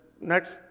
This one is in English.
next